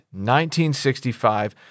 1965